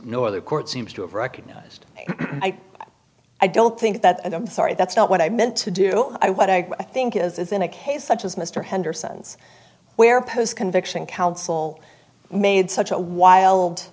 no other court seems to have recognized i don't think that i'm sorry that's not what i meant to do i what i think is in a case such as mr henderson's where post conviction counsel made such a wild